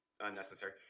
unnecessary